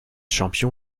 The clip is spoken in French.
champion